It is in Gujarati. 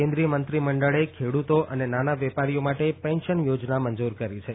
કેન્દ્રીય મંત્રી મંડળે ખેડુતો અને નાના વેપારીઓ માટે પેન્શન યોજના મંજુર કરી છે